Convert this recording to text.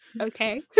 okay